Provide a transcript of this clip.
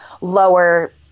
lower